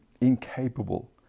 incapable